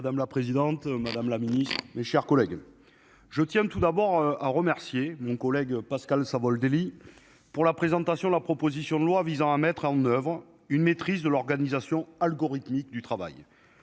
Madame la présidente Madame la Ministre, mes chers collègues. Je tiens tout d'abord à remercier mon collègue Pascal Savoldelli pour la présentation de la proposition de loi visant à mettre en oeuvre une maîtrise de l'organisation algorithmique du travail.